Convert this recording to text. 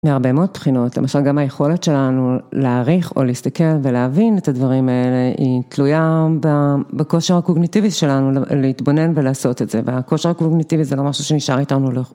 מהרבה מאוד בחינות, למשל גם היכולת שלנו להעריך או להסתכל ולהבין את הדברים האלה היא תלויה בכושר הקוגניטיבי שלנו להתבונן ולעשות את זה, והכושר הקוגניטיבי זה לא משהו שנשאר איתנו לאור...